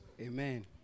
Amen